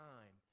Time